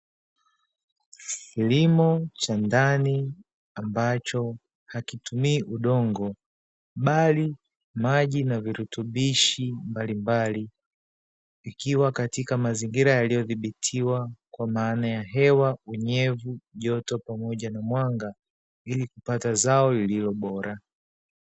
Kilimo cha ndani ambacho hakitumii udongo, bali maji na virutubisho mbalimbali. Ikiwa katika mazingira yaliyothibitiwa, kwa maana ya hewa unyevu, joto pamoja na mwanga, ili kupata zao lililo Bora.